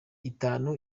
itanu